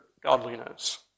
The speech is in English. godliness